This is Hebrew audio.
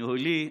הניהולי,